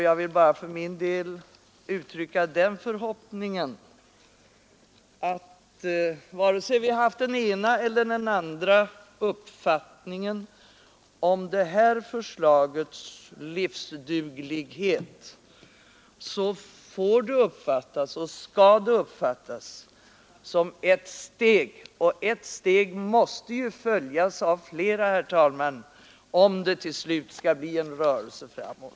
Jag vill bara för min del uttrycka den förhoppningen att vare sig vi haft den ena eller den andra uppfattningen om det här förslagets livsduglighet, så skall det uppfattas som ett steg, och ett steg måste ju följas av flera, herr talman, om det till slut skall bli en rörelse framåt.